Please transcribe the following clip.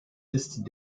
ist